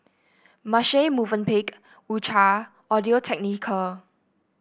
Marche Movenpick U Cha Audio Technica